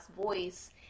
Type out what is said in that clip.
voice